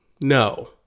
no